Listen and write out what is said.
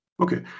Okay